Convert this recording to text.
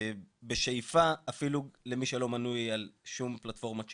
בשאיפה אפילו למי של מנוי על שום פלטפורמת שידור.